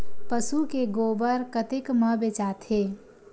पशु के गोबर कतेक म बेचाथे?